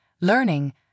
learning